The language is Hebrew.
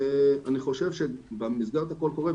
אני חושב שבמסגרת הקול קורא,